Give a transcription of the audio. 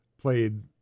played